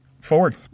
forward